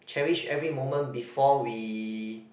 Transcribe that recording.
cherish every moment before we